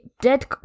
dead